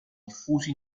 diffusi